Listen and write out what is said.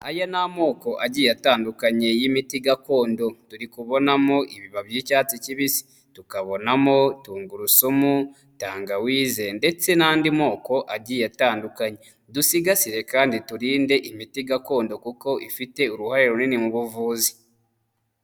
Aya ni amoko agiye atandukanye y'imiti gakondo, turikubonamo ibibabi by'icyatsi kibisi, tukabonamo tungurusumu, tangawize ndetse n'andi moko agiye atandukanye, dusigasire kandi turinde imiti gakondo kuko ifite uruhare runini mu buvuzi.